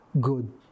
good